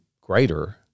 greater